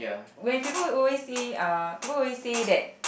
when people always say uh people always say that